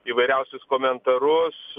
įvairiausius komentarus